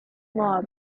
mob